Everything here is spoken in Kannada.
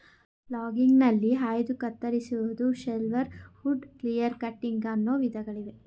ಲಾಗಿಂಗ್ಗ್ನಲ್ಲಿ ಆಯ್ದು ಕತ್ತರಿಸುವುದು, ಶೆಲ್ವರ್ವುಡ್, ಕ್ಲಿಯರ್ ಕಟ್ಟಿಂಗ್ ಅನ್ನೋ ವಿಧಗಳಿವೆ